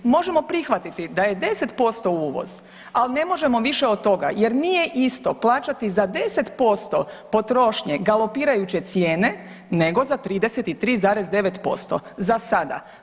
Možemo prihvatiti da je 10% uvoz, ali ne možemo više od toga jer nije isto plaćati za 10% potrošnje galopirajuće cijene nego za 33,9% za sada.